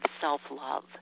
self-love